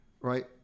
right